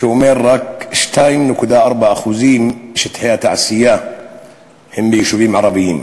שאומר שרק 2.4% משטחי התעשייה הם ביישובים ערביים.